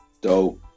dope